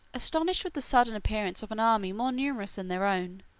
astonished with the sudden appearance of an army more numerous than their own,